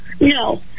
No